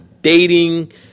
dating